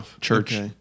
church